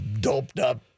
doped-up